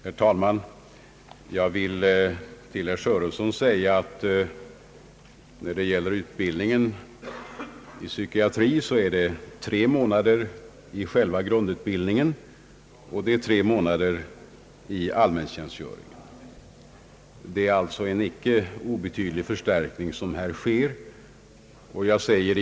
Herr talman! Jag vill till herr Sörenson säga att utbildningen i psykiatri omfattar tre månader i själva grundutbildningen och tre månader i allmäntjänstgöring. Det är alltså en icke obetydlig förstärkning som här sker.